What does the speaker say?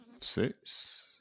Six